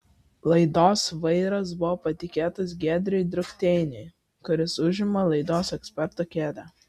laidos vairas buvo patikėtas giedriui drukteiniui kuris užima laidos eksperto kėdę